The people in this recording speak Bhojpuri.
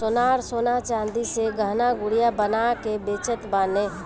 सोनार सोना चांदी से गहना गुरिया बना के बेचत बाने